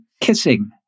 kissing